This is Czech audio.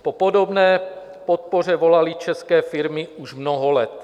Po podobné podpoře volaly české firmy už mnoho let.